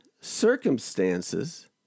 circumstances